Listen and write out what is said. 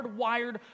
hardwired